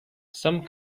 some